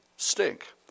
stink